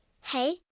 hey